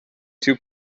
two